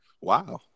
Wow